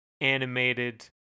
animated